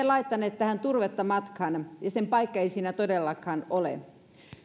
laittaneet turvetta matkaan ja sen paikka ei siinä todellakaan ole